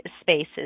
spaces